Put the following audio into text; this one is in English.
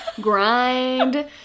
grind